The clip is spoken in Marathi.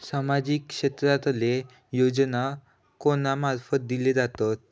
सामाजिक क्षेत्रांतले योजना कोणा मार्फत दिले जातत?